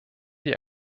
die